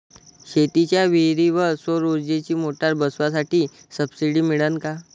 शेतीच्या विहीरीवर सौर ऊर्जेची मोटार बसवासाठी सबसीडी मिळन का?